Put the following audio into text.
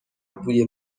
بوی